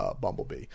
Bumblebee